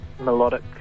melodic